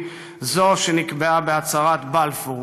זו שנקבעה בהצהרת בלפור,